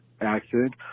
accident